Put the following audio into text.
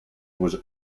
was